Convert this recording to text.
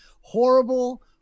horrible